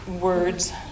words